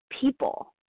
people